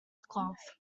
cloth